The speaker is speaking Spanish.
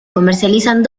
comercializan